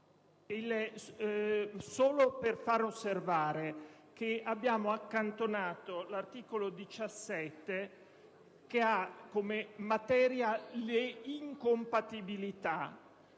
solo far osservare che abbiamo accantonato l'articolo 17, che tratta la materia delle incompatibilità,